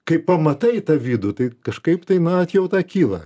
kai pamatai tą vidų tai kažkaip tai na atjauta kyla